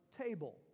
table